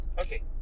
okay